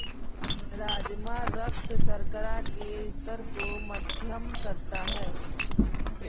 राजमा रक्त शर्करा के स्तर को मध्यम करता है